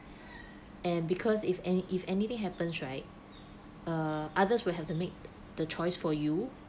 and because if any if anything happens right err others will have to make the choice for you